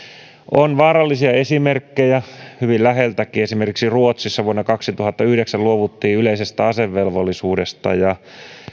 on vaarallisia esimerkkejä hyvin läheltäkin esimerkiksi ruotsissa vuonna kaksituhattayhdeksän luovuttiin yleisestä asevelvollisuudesta ja